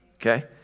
Okay